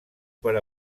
per